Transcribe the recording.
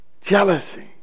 jealousy